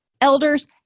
elders